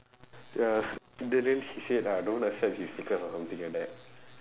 ya then then she said uh don't accept his request or something like that